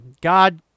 God